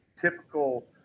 typical